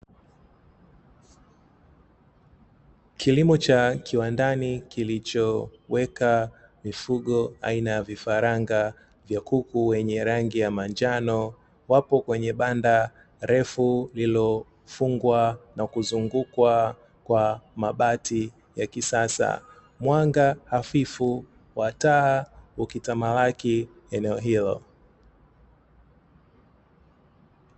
Kilimo cha kiwandani kilichoweka mifugo aina ya vifaranga vya kuku wenye rangi ya manjano wapo kwenye banda refu lililofungwa na kuzungukwa kwa mabati ya kisasa, mwanga hafifu wa taa ukitamalaki eneo hilo.